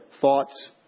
thoughts